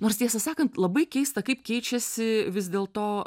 nors tiesą sakant labai keista kaip keičiasi vis dėl to